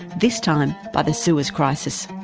this time by the suez crisis.